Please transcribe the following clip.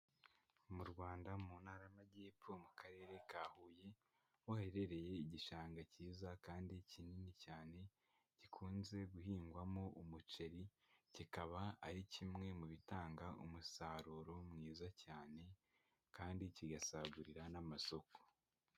Mu Rwanda, mu ntara y'Amajyepfo, mu karere ka Huye, aho haherereye igishanga cyiza kandi kinini cyane gikunze guhingwamo umuceri, kikaba ari kimwe mu bitanga umusaruro mwiza cyane kandi kigasagurira n'amasoko.